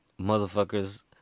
motherfuckers